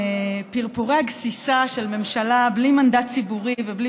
פרפורי הגסיסה של ממשלה בלי מנדט ציבורי ובלי